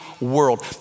world